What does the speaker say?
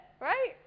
right